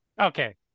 Okay